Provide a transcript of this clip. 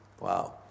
Wow